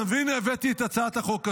הינה, הבאתי את הצעת החוק הזאת,